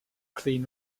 clean